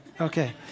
okay